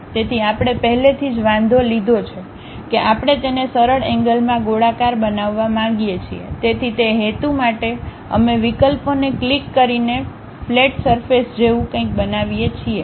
તેથી આપણે પહેલેથી જ વાંધો લીધો છે કે આપણે તેને સરળ એન્ગ્લમાં ગોળાકાર બનાવવા માંગીએ છીએ તેથી તે હેતુ માટે અમે વિકલ્પોને ક્લિક કરીને પ્લેટ સરફેસજેવું કંઈક બનાવીએ છીએ